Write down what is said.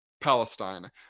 palestine